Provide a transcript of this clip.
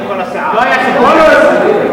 לא היה סיכום של אחד בשם כל הסיעה.